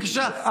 בבקשה,